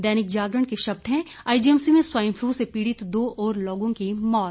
दैनिक जागरण के शब्द हैं आईजीएमसी में स्वाइन फलू से पीड़ित दो और लोगों की मौत